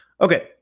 Okay